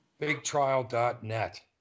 BigTrial.net